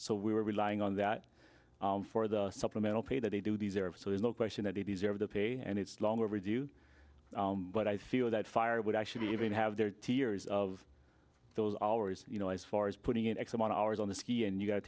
we were relying on that for the supplemental pay that they do these are so there's no question that they deserve the pay and it's long overdue but i feel that fire would actually even have their tiers of those hours you know as far as putting in x amount of hours on the ski and you got to